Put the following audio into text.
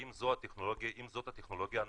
אם זאת הטכנולוגיה הנפוצה,